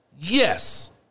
Yes